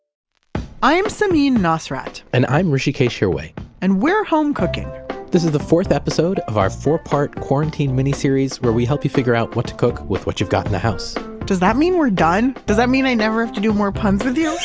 i'm samin nosrat and i'm hrishikesh hirway and we're home cooking this is the fourth episode of our four-part and miniseries where we help you figure out what to cook with what you've got in the house does that mean we're done? does that mean i never have to do more puns with you? ah